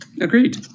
Agreed